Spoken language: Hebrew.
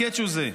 הקאץ' הוא זה: